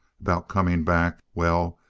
about coming back well,